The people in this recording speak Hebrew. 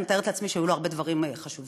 אני מתארת לעצמי שהיו לו הרבה דברים חשובים,